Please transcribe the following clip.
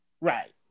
Right